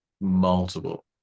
multiple